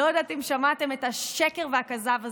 אני לא יודעת אם שמעתם את השקר והכזב הזה,